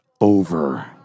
over